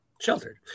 Sheltered